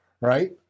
right